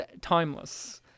timeless